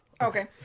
Okay